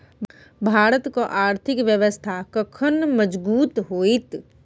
भारतक आर्थिक व्यवस्था कखन मजगूत होइत?